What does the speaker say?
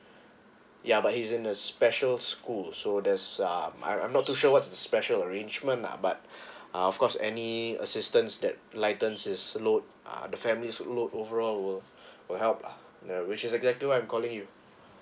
ya but he is in a special school so there's um I'm I'm not too sure what's the special arrangement lah but uh of course any assistance that lighten his load uh the family's load overall will will help lah where which is a guide through I'm calling you